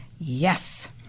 Yes